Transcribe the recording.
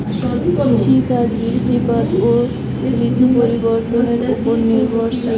কৃষিকাজ বৃষ্টিপাত ও ঋতু পরিবর্তনের উপর নির্ভরশীল